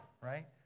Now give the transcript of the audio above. right